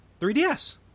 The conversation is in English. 3DS